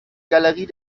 galerie